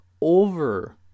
over